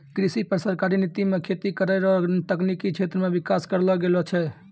कृषि पर सरकारी नीति मे खेती करै रो तकनिकी क्षेत्र मे विकास करलो गेलो छै